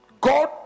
God